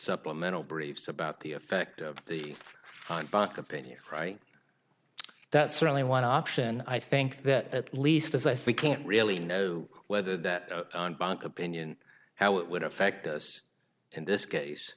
supplemental briefs about the effect of the buck opinion right that's certainly one option i think that at least as i say can't really know whether that on bank opinion how it would affect us in this case